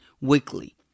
weekly